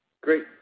Great